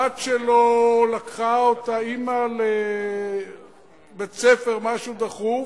הבת שלו, לקחה אותה האמא לבית-הספר, משהו דחוף,